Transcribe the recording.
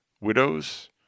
widows